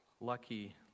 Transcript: Lucky